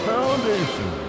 Foundation